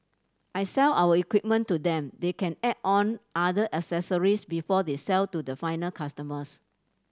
I sell our equipment to them they can add on other accessories before they sell to the final customers